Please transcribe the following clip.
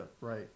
Right